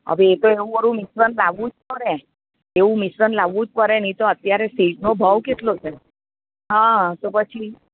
હવે એ તો એવું બધું મિશ્રણ લાવવું જ પડે એવું મિશ્રણ લાવવું જ પડે નહીં તો અત્યારે સિલ્કનો ભાવ કેટલો છે હા તો પછી